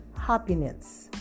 happiness